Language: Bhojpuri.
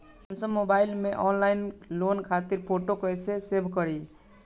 सैमसंग मोबाइल में ऑनलाइन लोन खातिर फोटो कैसे सेभ करीं?